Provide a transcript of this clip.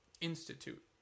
institute